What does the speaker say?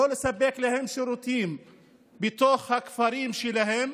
לא לספק להם שירותים בתוך הכפרים שלהם